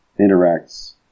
interacts